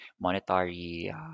monetary